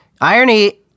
Irony